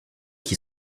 qui